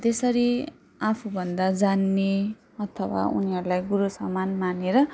त्यसरी आफूभन्दा जान्ने अथवा उनीहरूलाई गुरु समान मानेर